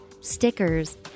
stickers